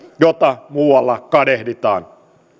jota muualla kadehditaan